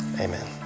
amen